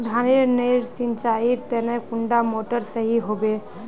धानेर नेर सिंचाईर तने कुंडा मोटर सही होबे?